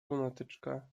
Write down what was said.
lunatyczka